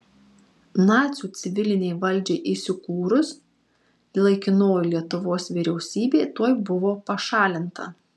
nacių civilinei valdžiai įsikūrus laikinoji lietuvos vyriausybė tuoj buvo pašalinta